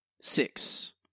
six